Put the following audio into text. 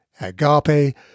Agape